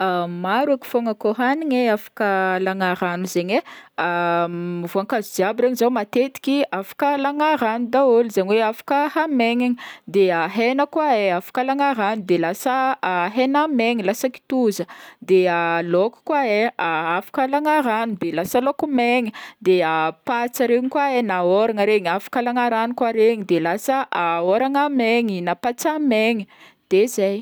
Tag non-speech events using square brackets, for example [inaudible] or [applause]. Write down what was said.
[hesitation] Maro eky fogna koa hagniny afaka alagna ranony zegny e, [hesitation] voankazo jiaby regny zao matetiky afaka alagna rano daholo zegny hoe afaka hamegniny, de a hegna koa afaka halagna rano, de lasa hegna megny lasa kitoza de [hesitation] laoko koa e [hesitation] afaka alagna rano de lasa laoko megny, de [hesitation] patsa regny koa e na hôragna regny afaka alagna rano koa regny de lasa hôragna megny na patsa megny de zay.